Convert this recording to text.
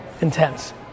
intense